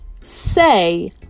say